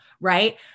right